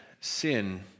sin